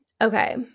okay